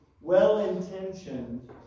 well-intentioned